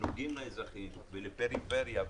שנוגעים לאזרחים ולפריפריה,